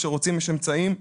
כשרוצים יש אמצעים,